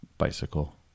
bicycle